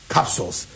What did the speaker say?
Capsules